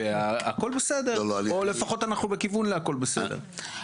והכל בסדר או לפחות אנחנו בכיוון להכל בסדר.